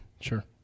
Sure